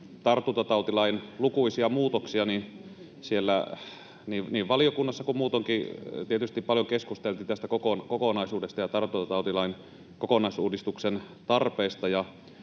tartuntatautilain lukuisia muutoksia, niin siellä valiokunnassa kuin tietysti muutoinkin paljon keskusteltiin tästä kokonaisuudesta ja tartuntatautilain kokonaisuudistuksen tarpeista.